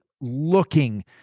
looking